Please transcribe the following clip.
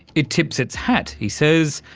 it tips its hat, he says,